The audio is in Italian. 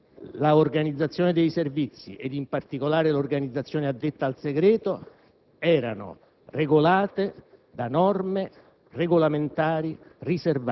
In passato l'organizzazione dei Servizi, e in particolare l'organizzazione addetta al segreto, erano disciplinate